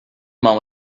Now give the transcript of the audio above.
man